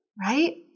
right